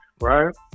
right